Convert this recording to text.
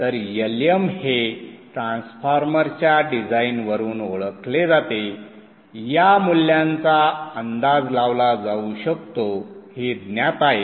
तर Lm हे ट्रान्सफॉर्मरच्या डिझाइनवरून ओळखले जाते या मूल्याचा अंदाज लावला जाऊ शकतो हे ज्ञात आहे